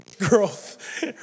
growth